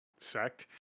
sect